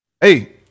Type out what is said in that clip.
Hey